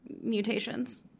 mutations